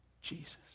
Jesus